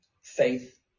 Faith